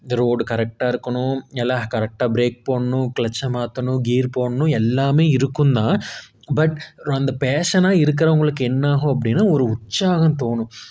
இந்த ரோடு கரெக்டாக இருக்கணும் எல்லாம் கரெக்டாக பிரேக் போடணும் கிளட்ச்சை மாற்றணும் கியர் போடணும் எல்லாம் இருக்கும்தான் பட் அந்த பேஷனா இருக்கிறவுங்களுக்கு என்ன ஆகும் அப்படின்னா ஒரு உற்சாகம் தோணும்